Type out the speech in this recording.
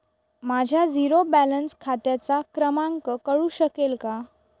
माझ्या zero balance खात्याचा क्रमांक कळू शकेल का?